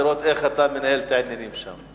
לראות איך אתה מנהל את העניינים שם.